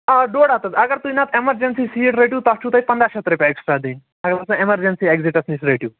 آ ڈۄڈ ہَتھ حظ اگر تُہۍ نَتہٕ اٮ۪مَرجَنسی سیٖٹ رٔٹِو تَتھ چھُو تۄہہِ پَنٛداہ شَتھ رۄپیہِ اٮ۪کسٹرٛا دِنۍ اگر تُہۍ وۄنۍ اٮ۪مَرجَنسی اٮ۪کزِٹَس نِش رٔٹِو